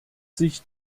sich